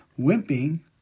wimping